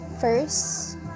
First